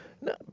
no